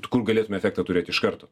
kur galėtume efektą turėti iš karto